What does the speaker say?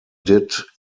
did